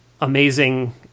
amazing